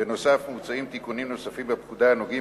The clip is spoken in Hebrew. בנוסף מוצעים תיקונים נוספים בפקודה הנוגעים